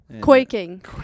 Quaking